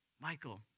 Michael